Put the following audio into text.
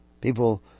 People